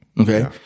Okay